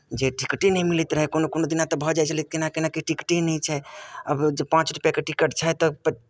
जे टिकटे नहि मिलैत रहै कोनो कोनो कोनो दिना तऽ भऽ जाइत छलै केना केना कऽ टिकटे नहि छै आब जे पाँच रुपैआके टिकट छै तऽ